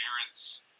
parents